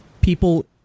people